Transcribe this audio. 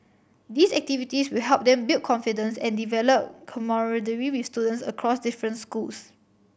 these activities will help them build confidence and develop camaraderie with students across different schools